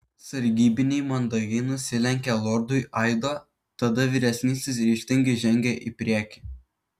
sargybiniai mandagiai nusilenkė lordui aido tada vyresnysis ryžtingai žengė į priekį